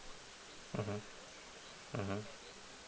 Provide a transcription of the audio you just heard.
mmhmm mmhmm